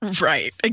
Right